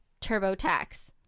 TurboTax